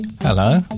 Hello